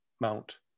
mount